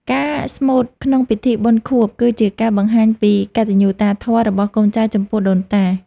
ការស្មូតក្នុងពិធីបុណ្យខួប គឺជាការបង្ហាញពីកតញ្ញូតាធម៌របស់កូនចៅចំពោះដូនតា។